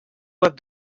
web